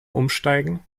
umsteigen